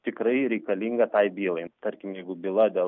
tikrai reikalinga tai bylai tarkim jeigu byla dėl